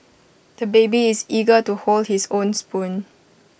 the baby is eager to hold his own spoon